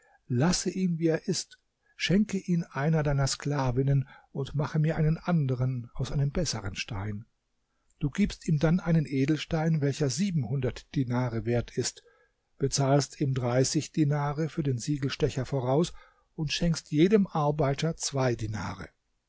lasse ihn wie er ist schenke ihn einer deiner sklavinnen und mache mir einen anderen aus einem besseren stein du gibst ihm dann einen edelstein welcher siebenhundert dinare wert ist bezahlst ihm dreißig dinare für den siegelstecher voraus und schenkst jedem arbeiter zwei dinare